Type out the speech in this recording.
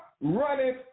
running